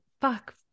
fuck